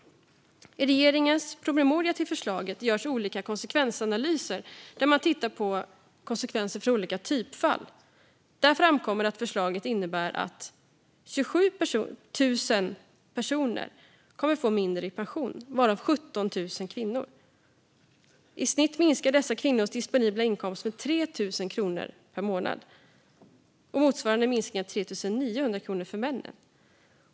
I regeringens promemoria till förslaget görs olika konsekvensanalyser där man tittar på konsekvenser för olika typfall. Där framkommer att förslaget innebär att 27 000 personer, varav 17 000 är kvinnor, kommer att få mindre i pension. I snitt minskar dessa kvinnors disponibla inkomst med 3 000 kronor per månad. Motsvarande minskning för männen är 3 900 kronor.